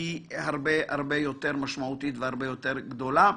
היא הרבה יותר משמעותית והרבה יותר גדולה.